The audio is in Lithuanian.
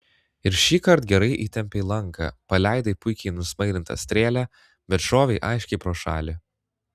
ir šįkart gerai įtempei lanką paleidai puikiai nusmailintą strėlę bet šovei aiškiai pro šalį